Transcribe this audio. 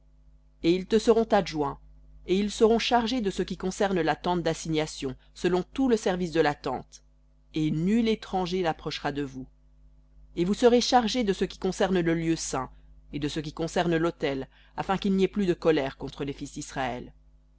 et ils te seront adjoints et ils seront chargés de ce qui concerne la tente d'assignation selon tout le service de la tente et nul étranger n'approchera de vous et vous serez chargés de ce qui concerne le lieu saint et de ce qui concerne l'autel afin qu'il n'y ait plus de colère contre les fils d'israël